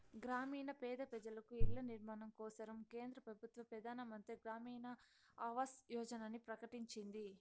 గ్రామీణ పేద పెజలకు ఇల్ల నిర్మాణం కోసరం కేంద్ర పెబుత్వ పెదానమంత్రి గ్రామీణ ఆవాస్ యోజనని ప్రకటించింది